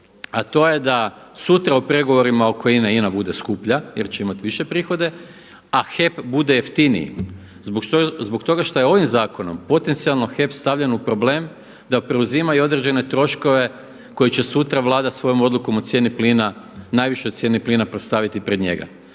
a to je da sutra u pregovorima oko INA-e INA bude skuplja jer će imati više prihode, a HEP bude jeftiniji zbog toga što je ovim zakonom potencijalno HEP stavljen u problem da preuzima i određene troškove koji će sutra svojom odlukom o cijeni plina najviše o cijeni plina staviti pred njega.